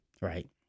right